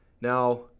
Now